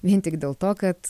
vien tik dėl to kad